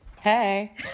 hey